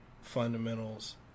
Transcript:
fundamentals